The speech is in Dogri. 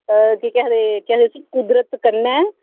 ते केह् आक्खदे कि उसी कुदरत कन्नै